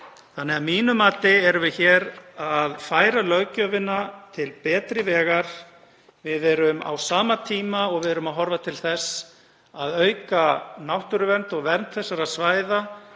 Að mínu mati erum við hér að færa löggjöfina til betri vegar. Á sama tíma og við erum að horfa til þess að auka náttúruvernd og vernd þeirra svæða